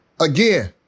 again –